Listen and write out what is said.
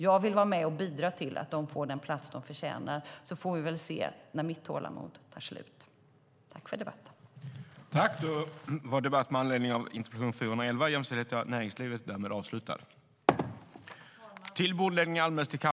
Jag vill vara med och bidra till att de får den plats de förtjänar. Sedan får vi väl ser när mitt tålamod tar slut.